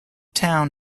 town